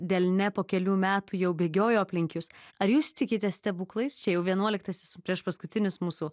delne po kelių metų jau bėgiojo aplink jus ar jūs tikite stebuklais čia jau vienuoliktasis priešpaskutinis mūsų